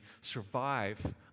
survive